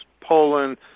poland